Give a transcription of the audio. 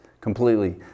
Completely